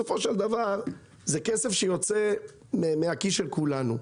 בסופו של דבר זה כסף שיוצא מהכיס של כולנו.